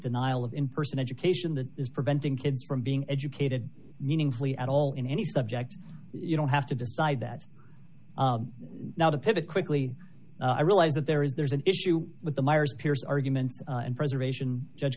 denial of in person education that is preventing kids from being educated meaningfully at all in any subject you don't have to decide that now to pivot quickly i realise that there is there is an issue with the miers appears arguments and preservation judge